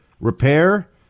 Repair